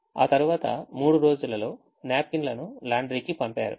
ఆ తర్వాత 3 రోజులలో న్యాప్కిన్ లను లాండ్రీకి పంపారు